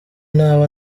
naba